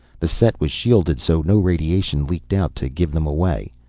the set was shielded so no radiation leaked out to give them away.